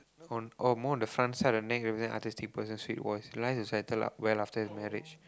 on oh mole at the front side of the neck represents artistic person sweet voice life is settled well after their marriage